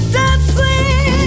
dancing